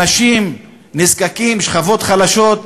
אבל משקי-בית פרטיים, אנשים נזקקים, שכבות חלשות,